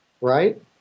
right